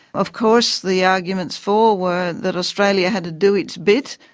of course the arguments for were that australia had to do its bit.